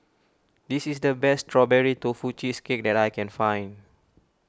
this is the best Strawberry Tofu Cheesecake that I can find